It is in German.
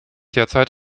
derzeit